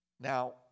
Now